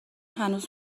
هنوز